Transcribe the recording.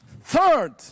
Third